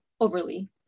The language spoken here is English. Overly